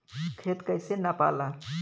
खेत कैसे नपाला?